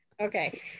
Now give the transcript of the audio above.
Okay